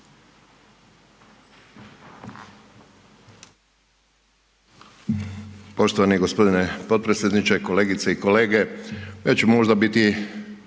Poštovani gospodine potpredsjedniče. Kolegice i kolege. Ja ću možda biti